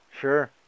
Sure